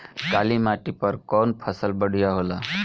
काली माटी पर कउन फसल बढ़िया होला?